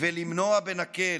ולמנוע בנקל.